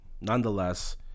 nonetheless